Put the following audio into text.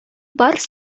барс